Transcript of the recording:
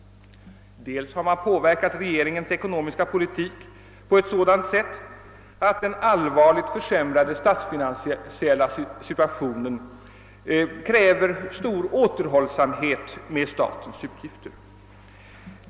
Dels har man påverkat regeringens ekonomiska politik på ett sådant sätt att den allvarligt försämrade statsfinansiella situationen kräver stor återhållsamhet med statens utgifter.